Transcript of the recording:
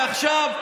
ועכשיו,